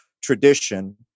tradition